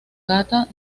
gata